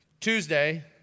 Tuesday